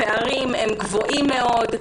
הפערים גדולים מאוד.